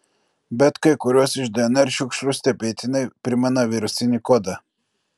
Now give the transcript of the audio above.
bet kai kurios iš dnr šiukšlių stebėtinai primena virusinį kodą